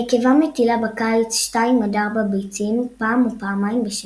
הנקבה מטילה בקיץ 2-4ביצים פעם או פעמים בשנה.